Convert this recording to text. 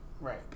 Right